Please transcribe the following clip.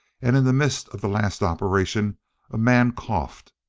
and in the midst of the last operation a man coughed.